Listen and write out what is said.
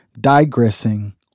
digressing